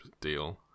deal